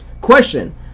Question